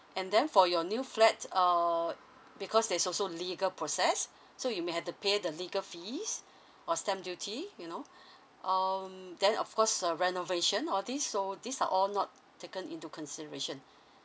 and then for your new flat uh because there's also legal process so you may have to pay the legal fees or stamp duty you know um then of course uh renovation all these so these are all not taken into consideration